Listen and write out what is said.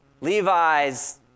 Levi's